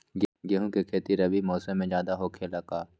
गेंहू के खेती रबी मौसम में ज्यादा होखेला का?